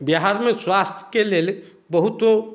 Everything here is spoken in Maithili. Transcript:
बिहारमे स्वास्थ्यके लेल बहुतो